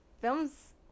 film's